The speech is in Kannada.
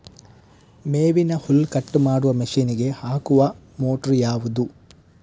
ಮೇವಿನ ಹುಲ್ಲು ಕಟ್ ಮಾಡುವ ಮಷೀನ್ ಗೆ ಹಾಕುವ ಮೋಟ್ರು ಯಾವುದು?